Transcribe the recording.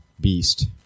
Beast